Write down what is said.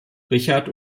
richard